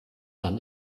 dann